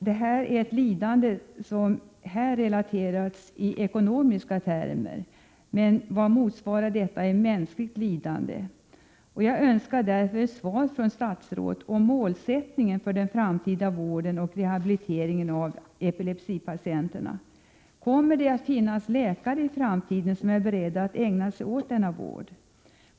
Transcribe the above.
Detta är ett lidande som här mätts i ekonomiska termer. Men vad motsvarar detta i mänskligt lidande? Jag önskar ett svar från statsrådet om målsättningen för den framtida vården och rehabiliteringen av epilepsi patienterna. Kommer det att finnas läkare i framtiden som är beredda att ägna sig åt denna vård?